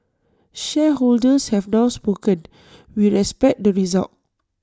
shareholders have now spoken we respect the result